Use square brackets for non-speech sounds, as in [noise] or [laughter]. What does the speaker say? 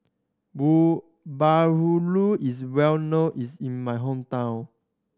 [unintelligible] bahulu is well known is in my hometown